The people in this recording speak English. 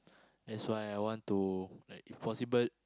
that's why I want to like if possible